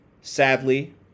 Sadly